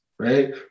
Right